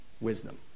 Wisdom